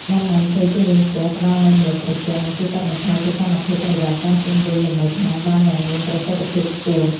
ដាំដើមឈើជុំវិញផ្ទះផ្តល់នូវម្លប់ត្រជាក់និងជួយកាត់បន្ថយសីតុណ្ហភាពបរិយាកាសជុំវិញលំនៅឋានបានយ៉ាងមានប្រសិទ្ធភាពខ្ពស់។